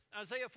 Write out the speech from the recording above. Isaiah